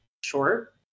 short